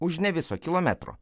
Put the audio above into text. už ne viso kilometro